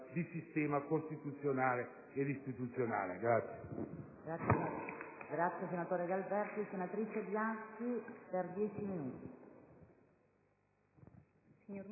di sistema costituzionale ed istituzionale.